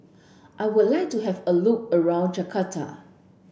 I would like to have a look around Jakarta